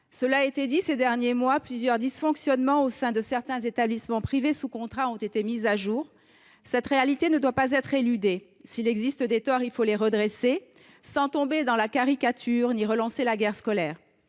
Cela a été dit, au cours des derniers mois, plusieurs dysfonctionnements au sein de certains établissements privés sous contrat ont été mis au jour. Cette réalité ne doit pas être éludée : s’il existe des torts, il faut les redresser, sans tomber dans la caricature ni relancer la guerre scolaire.